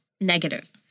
Negative